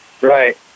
Right